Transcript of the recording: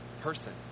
person